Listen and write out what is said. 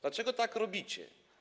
Dlaczego tak robicie?